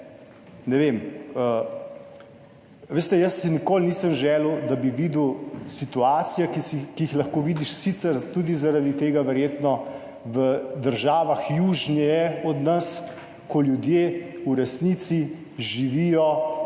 ne vem, veste, jaz si nikoli nisem želel, da bi videl situacije, ki jih lahko vidiš sicer tudi zaradi tega verjetno v državah južneje od nas, ko ljudje v resnici živijo pod